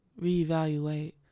reevaluate